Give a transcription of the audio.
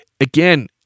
again